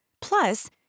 Plus